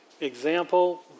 example